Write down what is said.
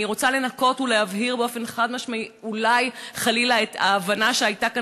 ואני רוצה לנקות ולהבהיר באופן חד-משמעי את האי-הבנה שהייתה כאן,